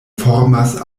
formas